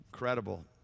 incredible